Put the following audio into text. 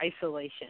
isolation